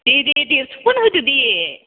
दे दे देरस'खौनो होदो दे